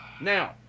Now